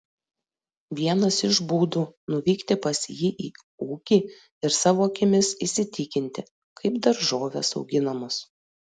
vienas iš būdų nuvykti pas jį į ūkį ir savo akimis įsitikinti kaip daržovės auginamos